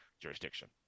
jurisdiction